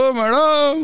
madam